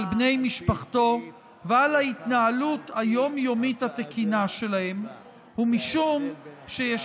בני משפחתו ועל ההתנהלות היום-יומית התקינה שלהם ומשום שיש